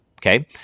okay